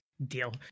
Deal